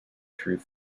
through